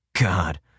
God